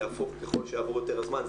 ככל שיעבור יותר זמן,